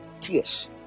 Tears